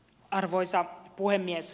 arvoisa puhemies